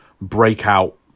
breakout